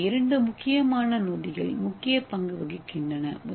இங்கே இரண்டு முக்கியமான நொதிகள் முக்கிய பங்கு வகிக்கின்றன